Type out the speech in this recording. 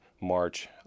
march